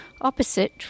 Opposite